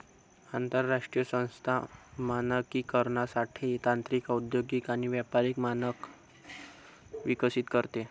आंतरराष्ट्रीय संस्था मानकीकरणासाठी तांत्रिक औद्योगिक आणि व्यावसायिक मानक विकसित करते